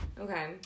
Okay